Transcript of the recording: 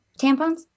Tampons